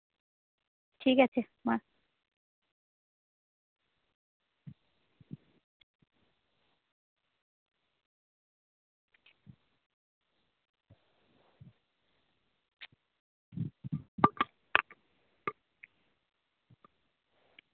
ᱴᱷᱤᱠ ᱟᱪᱷᱮ ᱢᱟ